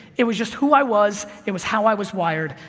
it was just who i was, it was how i was wired,